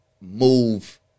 move